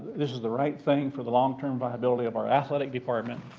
this is the right thing for the long-term viability of our athletic department.